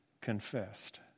confessed